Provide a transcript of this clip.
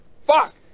Fuck